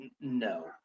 no